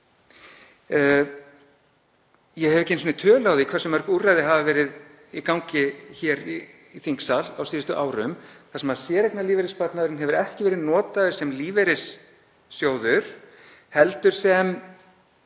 Ég hef ekki einu sinni tölu á því hversu mörg úrræði hafa verið í gangi hér í þingsal á síðustu árum þar sem séreignarlífeyrissparnaðurinn hefur ekki verið notaður sem lífeyrissjóður heldur sem